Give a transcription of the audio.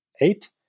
eight